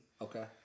Okay